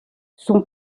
son